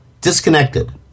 Disconnected